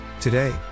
Today